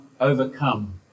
overcome